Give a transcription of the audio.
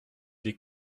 des